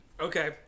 Okay